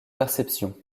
perceptions